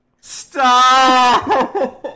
Stop